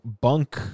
bunk